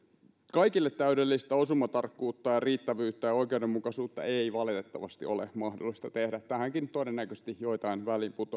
kaikille täydellistä osumatarkkuutta ja riittävyyttä ja oikeudenmukaisuutta ei valitettavasti ole mahdollista tehdä tähänkin todennäköisesti joitain